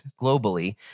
globally